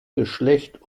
geschlecht